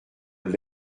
l’on